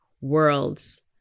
worlds